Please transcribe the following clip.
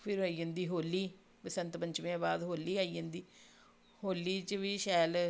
फिर आई जन्दी होली बसंत पंचमी दे बाद होली आई जन्दी होली च बी शैल